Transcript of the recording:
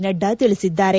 ನಡ್ಡಾ ತಿಳಿಸಿದ್ದಾರೆ